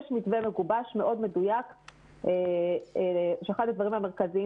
יש מתווה מגובש מאוד מדויק שאחד הדברים המרכזיים